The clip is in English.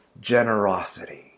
generosity